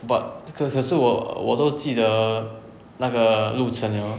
but 可可是我我都记得那个路程 liao lor